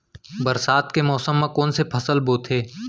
बरसात के मौसम मा कोन से फसल बोथे?